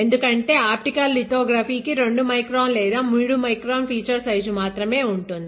ఎందుకంటే optical lithography కి 2 micron లేదా 3 మైక్రాన్ ఫీచర్ సైజు మాత్రమే ఉంటుంది